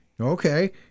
Okay